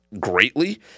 greatly